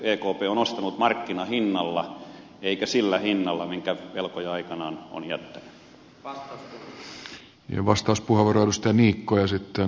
ekp on ostanut markkinahinnalla eikä sillä hinnalla minkä velkoja aikanaan on jättänyt